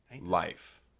life